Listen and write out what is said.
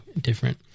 different